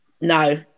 No